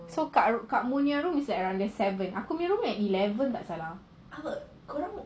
so kak mun punya room is around seven aku punya room eleven tak salah